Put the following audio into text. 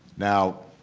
now,